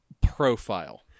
profile